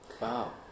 Wow